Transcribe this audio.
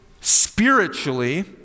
spiritually